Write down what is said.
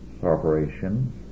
corporation